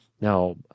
Now